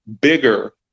bigger